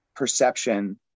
perception